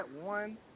one